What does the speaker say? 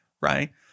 right